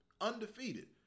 undefeated